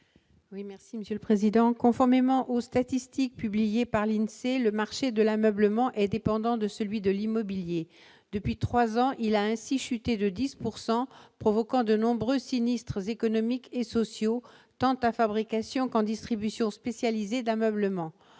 Oui, merci Monsieur le Président, conformément aux statistiques publiées par l'INSEE, le marché de l'ameublement et dépendant de celui de l'immobilier depuis 3 ans, il a ainsi chuté de 10 pourcent provoquant de nombreux sinistres économiques et sociaux tenta fabrication quand distribution spécialisée d'ameublement